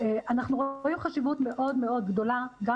שאנחנו רואים חשיבות מאוד מאוד גדולה גם